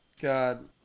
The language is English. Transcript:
God